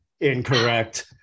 incorrect